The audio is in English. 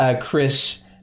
Chris